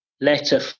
letter